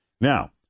Now